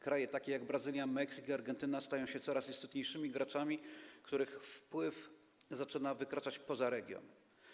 Kraje takie jak Brazylia, Meksyk i Argentyna stają się coraz istotniejszymi graczami, których wpływ zaczyna wykraczać poza region.